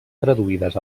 traduïdes